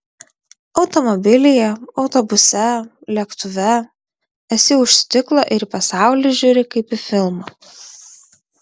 automobilyje autobuse lėktuve esi už stiklo ir į pasaulį žiūri kaip į filmą